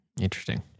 Interesting